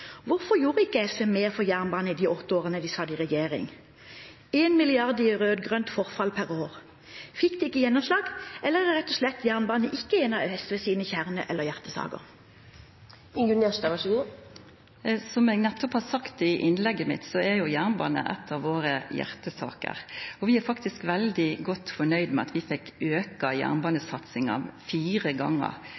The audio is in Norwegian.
Hvorfor gjorde ikke SV mer for jernbanen de åtte årene de satt i regjering? 1 mrd. kr i rød-grønt forfall per år – fikk de ikke gjennomslag, eller er jernbane rett og slett ikke en av SVs kjerne- eller hjertesaker? Som eg nettopp har sagt i innlegget mitt, er jernbane ei av våre hjertesaker. Vi er faktisk veldig godt fornøgde med at vi,